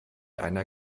einer